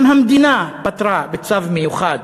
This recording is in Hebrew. גם המדינה פטרה בצו מיוחד